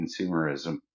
consumerism